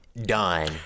done